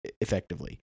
effectively